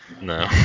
No